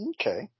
Okay